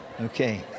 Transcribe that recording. Okay